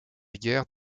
guerre